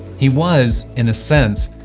he was, in a sense,